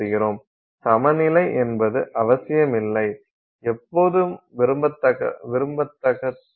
சமநிலை என்பது அவசியமில்லை எப்போதும் விரும்பதக்கதல்ல